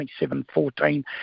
27-14